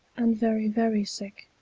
and very, very sick,